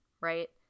right